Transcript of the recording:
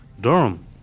Durham